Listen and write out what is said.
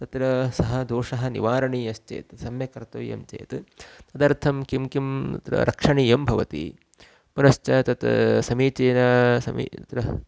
तत्र सः दोषः निवारणीयश्चेत् सम्यक् कर्तव्यं चेत् तदर्थं किं किं तत्र रक्षणीयं भवति पुनश्च तत् समीचीनं समी अत्रः